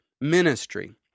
ministry